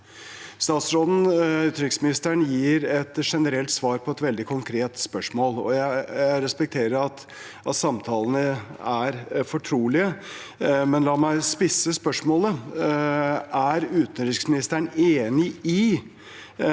gir et generelt svar på et veldig konkret spørsmål. Jeg respekterer at samtalene er fortrolige, men la meg spisse spørsmålet: Er utenriksministeren enig i